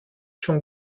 schon